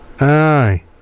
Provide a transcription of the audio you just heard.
aye